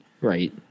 Right